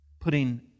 putting